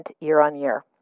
year-on-year